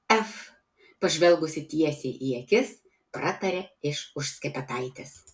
ef pažvelgusi tiesiai į akis pratarė iš už skepetaitės